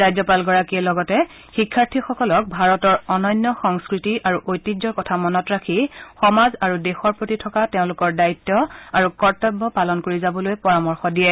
ৰাজ্যপালগৰাকীয়ে লগতে শিক্ষাৰ্থীসকলক ভাৰতৰ অনন্য সংস্কৃতি আৰু ঐতিহ্যৰ কথা মনত ৰাখি সমাজ আৰু দেশৰ প্ৰতি থকা তেওঁলোকৰ দায়িত্ব আৰু কৰ্তব্য পালন কৰি যাবলৈ পৰামৰ্শ দিয়ে